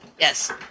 Yes